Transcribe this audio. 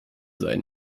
sein